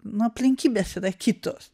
nu aplinkybės yra kitos